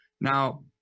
Now